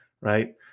right